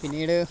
പിന്നീട്